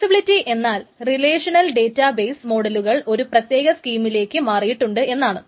flexibility എന്നാൽ relational database മോഡലുകൾ ഒരു പ്രത്യേക സ്കീമയിലെക്ക് മാറിയിട്ടുണ്ട് എന്നാണ്